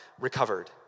recovered